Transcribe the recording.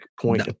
point